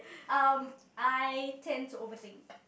um I tend to overthink